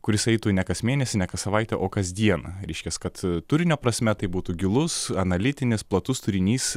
kuris eitų ne kas mėnesį ne kas savaitę o kasdieną reiškias kad turinio prasme tai būtų gilus analitinis platus turinys